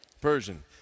Persian